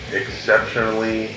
exceptionally